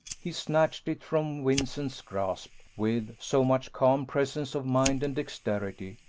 he snatched it from vincent's grasp with so much calm presence of mind and dexterity,